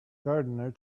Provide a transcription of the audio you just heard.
gardener